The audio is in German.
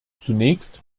zunächst